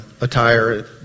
attire